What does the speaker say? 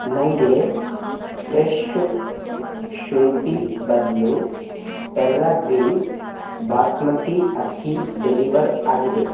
ನನಗೆ ಫ್ರೆಶೊ ಶುಂಠಿ ಬದಲು ಟೆರ್ರಾ ಗ್ರೀನ್ಸ್ ಬಾಸುಮತಿ ಅಕ್ಕಿ ಡೆಲಿವರ್ ಆಗಿದೆ